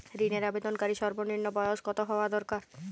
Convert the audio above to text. ঋণের আবেদনকারী সর্বনিন্ম বয়স কতো হওয়া দরকার?